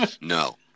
No